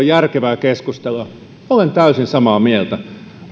järkevää keskustelua olen täysin samaa mieltä